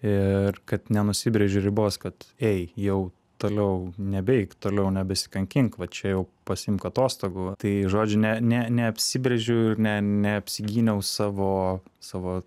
ir kad nenusibrėžiu ribos kad ei jau toliau nebeik toliau nebesikankink va čia jau pasiimk atostogų tai žodžiu ne ne neapsibrėžiu ir ne neapsigyniau savo savo